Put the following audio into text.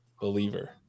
believer